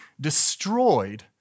destroyed